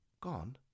Gone